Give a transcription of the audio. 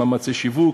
למאמצי שיווק,